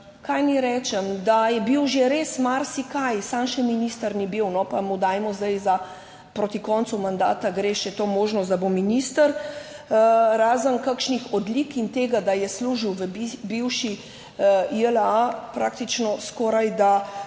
Kaj naj rečem, da je bil že res marsikaj, samo še minister ni bil. No, pa mu dajmo zdaj za proti koncu mandata gre še to možnost, da bo minister, razen kakšnih odlik in tega, da je služil v bivši JLA, praktično skorajda